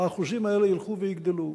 האחוזים האלה ילכו ויגדלו.